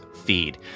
feed